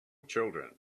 children